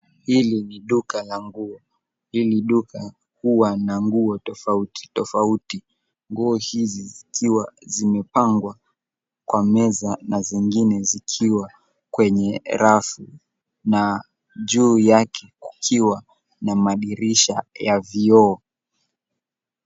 Hili ni duka la nguo. Hili duka huwa na nguo tofauti tofauti. Nguo hizi zikiwa zimepangwa kwa meza na zingine zikiwa kwenye rafu na juu yake kukiwa na madirisha ya vioo.